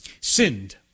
sinned